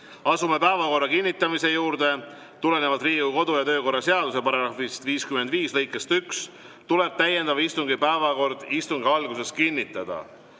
Asume päevakorra kinnitamise juurde. Tulenevalt Riigikogu kodu‑ ja töökorra seaduse § 55 lõikest 1 tuleb täiendava istungi päevakord istungi alguses kinnitada.